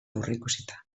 aurreikusita